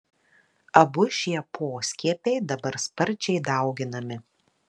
abu šie poskiepiai dabar sparčiai dauginami